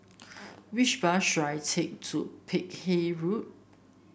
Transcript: which bus should I take to Peck Hay Road